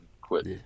Quit